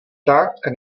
tak